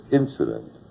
incident